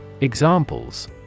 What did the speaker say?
Examples